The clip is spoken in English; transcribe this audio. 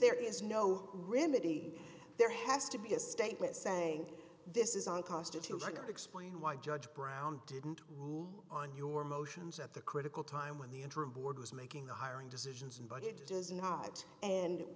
there is no remedy there has to be a statement saying this is on costa to record explain why judge brown didn't rule on your motions at the critical time when the interim board was making the hiring decisions and